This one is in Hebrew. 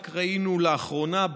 רק לאחרונה,